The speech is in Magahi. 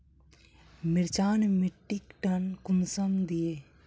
मिर्चान मिट्टीक टन कुंसम दिए?